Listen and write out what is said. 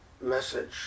message